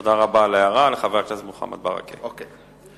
תודה רבה לחבר הכנסת מוחמד ברכה על ההערה.